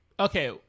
Okay